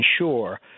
ensure